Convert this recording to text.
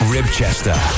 Ribchester